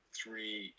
three